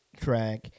track